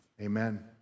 Amen